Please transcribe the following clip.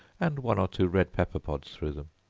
and one or two red pepper pods through them,